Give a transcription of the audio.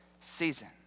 season